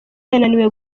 yananiwe